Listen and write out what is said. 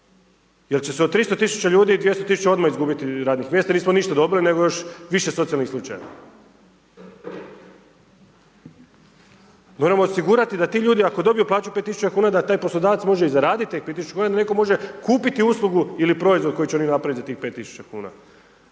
jel će se 300 000 ljudi, 200 000 odmah izgubiti radnih mjesta jel nismo ništa dobili, nego još više socijalnih slučajeva. Moramo osigurati da ti ljudi ako dobiju plaću od 5.000,00 kn da taj poslodavac može i zaraditi tih 5.000,00 kn da netko može kupiti uslugu ili proizvod koji će oni napraviti za tih 5.000,00 kn.